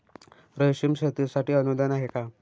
रेशीम शेतीसाठी अनुदान आहे का?